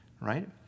right